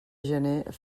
gener